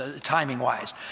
timing-wise